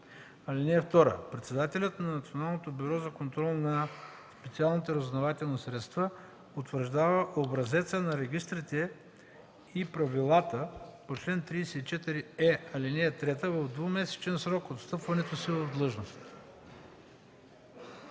(2) Председателят на Националното бюро за контрол на специалните разузнавателни средства утвърждава образеца на регистрите и правилата по чл. 34е, ал. 3 в двумесечен срок от встъпването си в длъжност.”